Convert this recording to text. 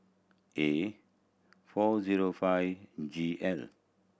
A four zero five G L